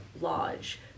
lodge